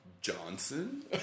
Johnson